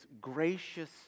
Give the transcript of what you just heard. gracious